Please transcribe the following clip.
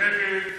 למה נגד?